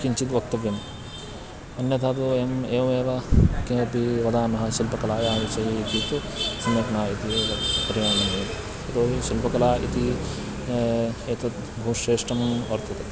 किञ्चित् वक्तव्यम् अन्यथा तु वयम् एवमेव किमपि वदामः शिल्पकलायाः विषये इति तु सम्यक् न इति एव यतो हि शिल्पकला इति एतत् बहु श्रेष्ठा वर्तते